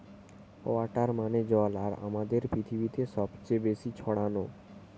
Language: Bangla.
ওয়াটার মানে জল আর আমাদের পৃথিবীতে সবচে বেশি ছড়ানো